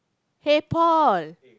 hey Paul